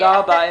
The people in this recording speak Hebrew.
תודה רבה.